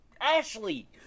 Ashley